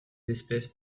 espèces